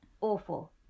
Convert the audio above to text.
Awful